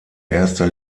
erster